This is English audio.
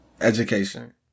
Education